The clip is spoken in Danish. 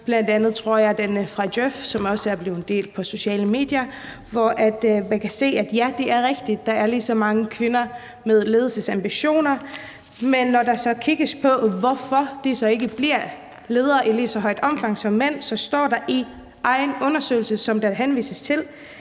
bl.a. den fra Djøf, tror jeg, som også er blevet delt på sociale medier, hvor man kan se, at ja, det er rigtigt, at der er lige så mange kvinder med ledelsesambitioner, men når der så kigges på, hvorfor de ikke bliver ledere i lige så højt omfang som mænd, så står der i den undersøgelse, som der henvises til: